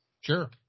Sure